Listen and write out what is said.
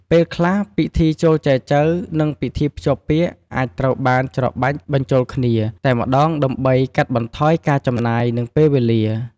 ពេលខ្លះ ពិធីចូលចែចូវ និងពិធីភ្ជាប់ពាក្យអាចត្រូវបាន ច្របាច់បញ្ចូលគ្នា តែម្ដងដើម្បីកាត់បន្ថយការចំណាយ និងពេលវេលា។